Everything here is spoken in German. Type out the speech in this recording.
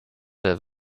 der